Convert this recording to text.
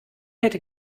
hätte